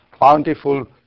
bountiful